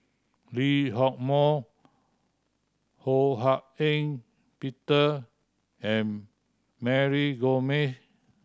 Lee Hock Moh Ho Hak Ean Peter and Mary Gomes